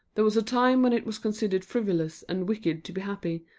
there was a time when it was considered frivolous and wicked to be happy,